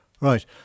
Right